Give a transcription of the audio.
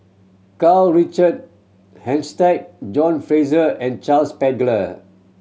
Karl Richard Hanitsch John Fraser and Charles Paglar